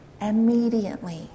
Immediately